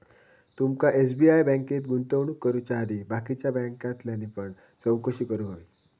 तुमका एस.बी.आय बँकेत गुंतवणूक करुच्या आधी बाकीच्या बॅन्कांतल्यानी पण चौकशी करूक व्हयी